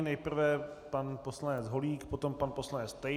Nejprve pan poslanec Holík, potom pan poslanec Tejc.